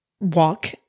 walk